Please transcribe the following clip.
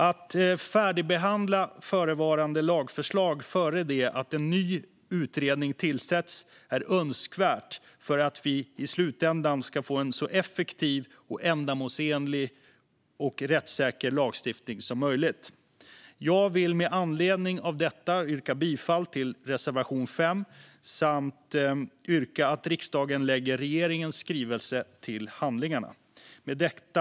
Att färdigbehandla förevarande lagförslag innan en ny utredning tillsätts är önskvärt för att vi i slutändan ska få en så effektiv, ändamålsenlig och rättssäker lagstiftning som möjligt. Jag vill med anledning av detta yrka bifall till reservation 5 samt yrka att riksdagen lägger regeringens skrivelse till handlingarna.